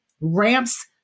ramps